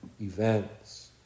events